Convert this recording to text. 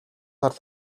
сар